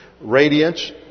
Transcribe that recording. Radiance